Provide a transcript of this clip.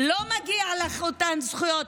לא מגיעות לך אותן זכויות.